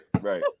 right